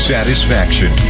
Satisfaction